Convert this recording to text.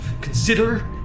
Consider